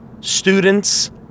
students